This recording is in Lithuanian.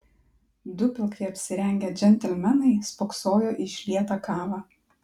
du pilkai apsirengę džentelmenai spoksojo į išlietą kavą